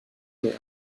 mehr